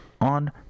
on